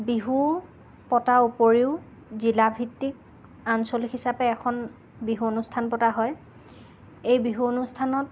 বিহু পতাৰ উপৰিও জিলাভিত্তিক আঞ্চলিক হিচাপে এখন বিহু অনুষ্ঠান পতা হয় এই বিহু অনুষ্ঠানত